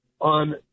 on